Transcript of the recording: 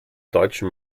deutschen